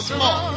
more